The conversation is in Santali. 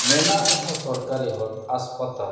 ᱢᱮᱱᱟᱜ ᱨᱮᱦᱚᱸ ᱥᱚᱨᱠᱟᱨᱤ ᱦᱟᱥᱯᱟᱛᱟᱞ